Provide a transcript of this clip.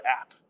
app